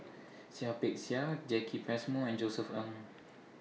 Seah Peck Seah Jacki Passmore and Josef Ng